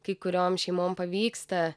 kai kuriom šeimom pavyksta